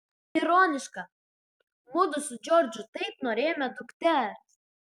ironiška mudu su džordžu taip norėjome dukters